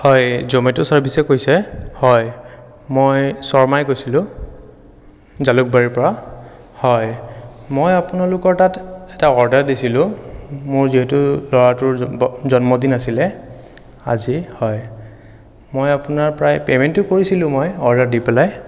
হয় জ'মেট' চাৰ্ভিছে কৈছে হয় মই শৰ্মাই কৈছিলোঁ জালুকবাৰীৰ পৰা হয় মই আপোনালোকৰ তাত এটা অৰ্ডাৰ দিছিলোঁ মোৰ যিহেতু ল'ৰাটোৰ ব জন্মদিন আছিলে আজি হয় মই আপোনাৰ প্ৰায় পে'মেণ্টটো কৰিছিলোঁ মই অৰ্ডাৰ দি পেলাই